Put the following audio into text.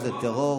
במקום שתגיד: